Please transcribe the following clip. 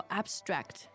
abstract